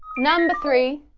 number three,